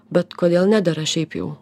bet kodėl nedera šiaip jau